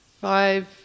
five